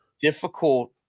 difficult